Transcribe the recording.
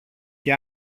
και